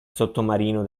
sottomarino